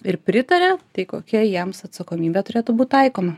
ir pritarė tai kokia jiems atsakomybė turėtų būt taikoma